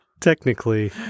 technically